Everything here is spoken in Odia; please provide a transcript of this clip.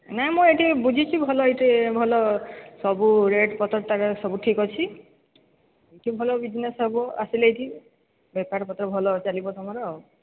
ନାଇଁ ମୁଁ ଏଠି ବୁଝୁଛି ଭଲ ଏଇଠି ଭଲ ସବୁ ରେଟ୍ ପତ୍ର ତାର ସବୁ ଠିକ୍ ଅଛି ଏଠି ଭଲ ବିଜନେସ୍ ହେବ ଆସିଲେ ଏଇଠି ବେପାରପତ୍ର ଭଲ ଚାଲିବ ତମର ଆଉ